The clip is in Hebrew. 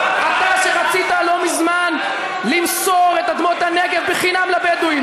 אתה שרצית לא מזמן למסור את אדמות הנגב בחינם לבדואים,